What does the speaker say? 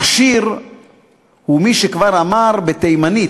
עשיר הוא מי שכבר אמר בתימנית,